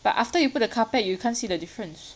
but after you put the carpet you can't see the difference